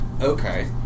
Okay